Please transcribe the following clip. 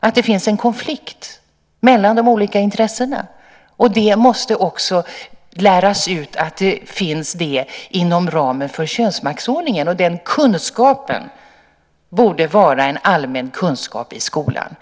och att det finns en konflikt mellan de olika intressena. Det måste också läras ut att det finns inom ramen för könsmaktsordningen, och den kunskapen borde vara en allmän kunskap i skolan.